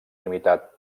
limitat